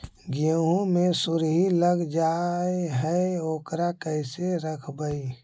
गेहू मे सुरही लग जाय है ओकरा कैसे रखबइ?